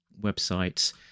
website's